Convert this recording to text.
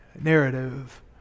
narrative